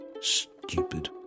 Stupid